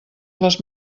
les